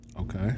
okay